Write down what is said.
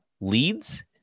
leads